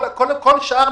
כל השאר,